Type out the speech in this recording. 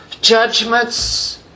Judgments